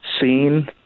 seen